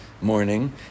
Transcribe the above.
morning